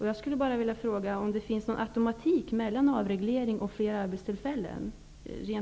Jag vill då fråga om det finns någon automatik mellan avreglering och fler arbetstillfällen.